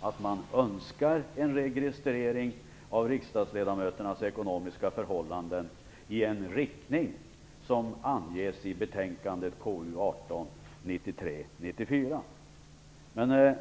och att de önskar en registrering av riksdagsledamöternas förhållanden i en riktning som anges i betänkande 1993/94:KU18.